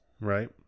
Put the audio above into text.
right